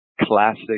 classic